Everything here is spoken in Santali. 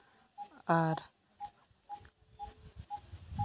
ᱟᱨ